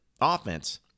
offense